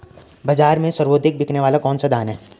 बाज़ार में सर्वाधिक बिकने वाला कौनसा धान है?